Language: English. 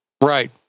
right